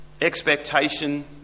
Expectation